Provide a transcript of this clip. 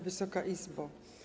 Wysoka Izbo!